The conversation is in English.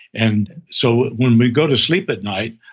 and so when we go to sleep at night,